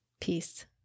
Peace